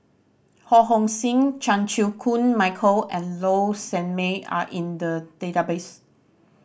Ho Hong Sing Chan Chew Koon Michael and Low Sanmay are in the database